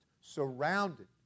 surrounded